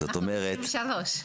ואנחנו ב-2023.